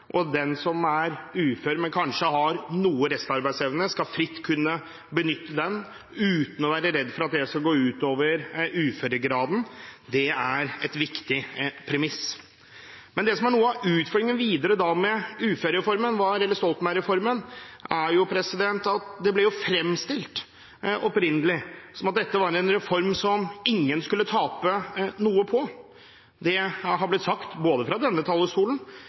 Den som er ufør, men kanskje har noe restarbeidsevne, skal fritt kunne benytte den uten å være redd for at det skal gå ut over uføregraden. Det er et viktig premiss. Men det som er noe av utfordringen videre med uførereformen, eller Stoltenberg-reformen, er at det opprinnelig ble fremstilt som at dette var en reform som ingen skulle tape noe på. Det har blitt sagt både fra denne talerstolen